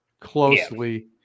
closely